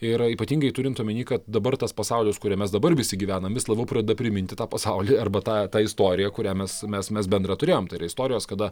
ir ypatingai turint omeny kad dabar tas pasaulis kuriam mes dabar visi gyvenam vis labiau pradeda priminti tą pasaulį arba tą tą istoriją kurią mes mes mes bendrą turėjom tai yra istorijos kada